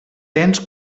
temps